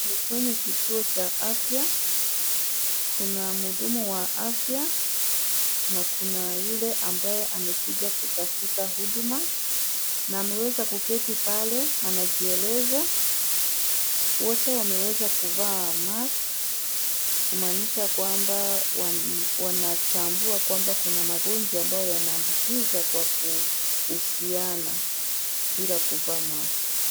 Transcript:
Kwenye kituo cha afya, kuna mhudumu wa afya na kuna yule ambaye amekuja kutafuta huduma na ameweza kuketo pale anajieleza. Wote wameweza kuvaa mask kumaanisha kwamba wanatambua kwamba kuna magonjwa ambayo yanaambukizwa kwa kuhusiana bila kuvaa mask .